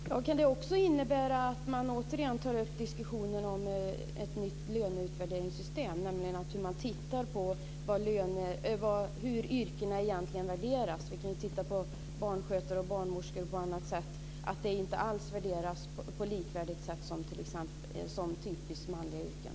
Fru talman! Kan det också innebära att man återigen tar upp diskussionen om ett nytt löneutvärderingssystem - att man tittar på hur yrken egentligen värderas? T.ex. barnskötare och barnmorskor värderas ju inte alls likvärdigt med typiskt manliga yrken.